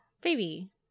baby